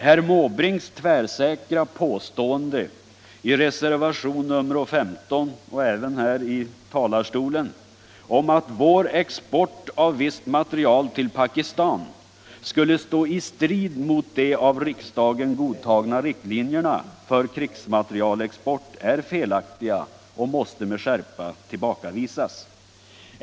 Herr Måbrinks tvärsäkra påståenden i reservationen 15, och även här i talarstolen, om att vår export av viss materiel till Pakistan skulle stå i strid mot de av riksdagen godtagna riktlinjerna för krigsmaterielexport är felaktiga och måste med skärpa tillbakavisas.